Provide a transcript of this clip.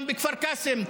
גם בכפר קאסם,